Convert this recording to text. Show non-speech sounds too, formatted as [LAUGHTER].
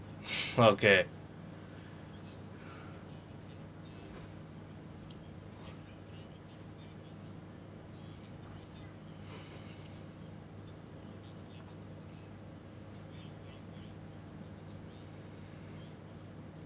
[LAUGHS] okay